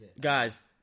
guys